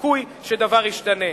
סיכוי שדבר ישתנה.